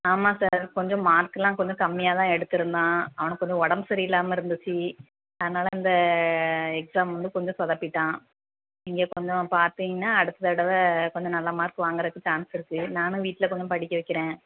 ஆமாம் சார் கொஞ்சம் மார்க்குலாம் கொஞ்சம் கம்மியாக தான் எடுத்துருந்தான் அவனுக்குக் கொஞ்சம் உடம்பு சரி இல்லாமல் இருந்துச்சு அதனால் இந்த எக்ஸாம் வந்து கொஞ்சம் சொதப்பிட்டான் நீங்கள் கொஞ்சம் பார்த்தீங்கன்னா அடுத்த தடவை கொஞ்சம் நல்ல மார்க் வாங்கிறதுக்கு சான்ஸ் இருக்குது நானும் வீட்டில் கொஞ்சம் படிக்க வைக்கிறேன்